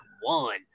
one